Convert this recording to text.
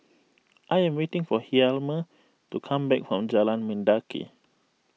I am waiting for Hjalmer to come back from Jalan Mendaki